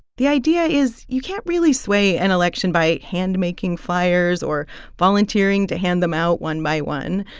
the idea is you can't really sway an election by handmaking flyers or volunteering to hand them out one by one.